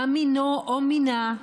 מה מינו או מינה,